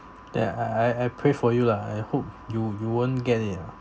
then I I I I pray for you lah I hope you you won't get it lah